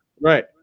Right